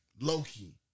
Loki